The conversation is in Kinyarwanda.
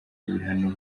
ibihano